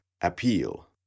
appeal